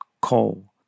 coal